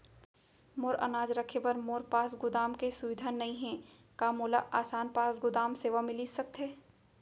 मोर अनाज रखे बर मोर पास गोदाम के सुविधा नई हे का मोला आसान पास गोदाम सेवा मिलिस सकथे?